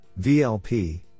VLP